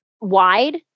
wide